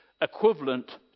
equivalent